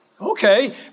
Okay